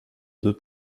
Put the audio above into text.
deux